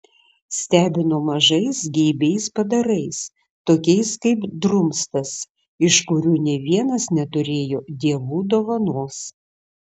stebino mažais geibiais padarais tokiais kaip drumstas iš kurių nė vienas neturėjo dievų dovanos